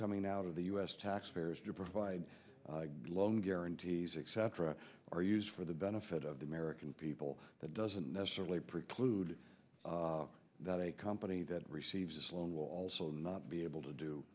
coming out of the u s taxpayers to provide loan guarantees except for a are used for the benefit of the american people that doesn't necessarily preclude that a company that receives its loan will also not be able to do